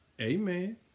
amen